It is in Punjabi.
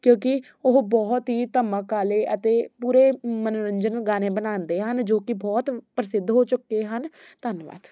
ਕਿਉਂਕਿ ਉਹ ਬਹੁਤ ਹੀ ਧਮਕ ਵਾਲੇ ਅਤੇ ਪੂਰੇ ਮਨੋਰੰਜਨ ਗਾਣੇ ਬਣਾਉਂਦੇ ਹਨ ਜੋ ਕਿ ਬਹੁਤ ਪ੍ਰਸਿੱਧ ਹੋ ਚੁੱਕੇ ਹਨ ਧੰਨਵਾਦ